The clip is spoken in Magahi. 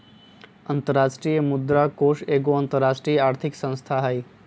अंतरराष्ट्रीय मुद्रा कोष एगो अंतरराष्ट्रीय आर्थिक संस्था हइ